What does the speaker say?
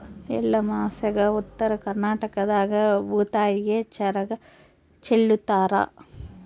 ಎಳ್ಳಮಾಸ್ಯಾಗ ಉತ್ತರ ಕರ್ನಾಟಕದಾಗ ಭೂತಾಯಿಗೆ ಚರಗ ಚೆಲ್ಲುತಾರ